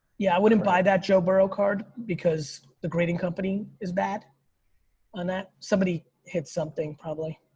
yeah i wouldn't buy that joe burrow card because the grading company is bad on that. somebody hit something probably.